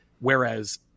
Whereas